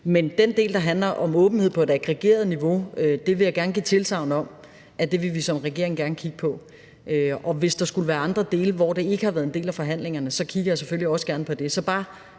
Men den del, der handler om åbenhed på et aggregeret niveau, vil jeg gerne give tilsagn om at vi som regering gerne vil kigge på. Hvis der skulle være andre dele, hvor det ikke har været en del af forhandlingerne, så kigger jeg selvfølgelig også gerne på det. Så der